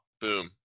boom